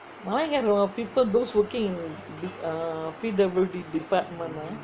Malay காரங்கே:malaai kaaranagae people those working in the P_W_D department ah